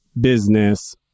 business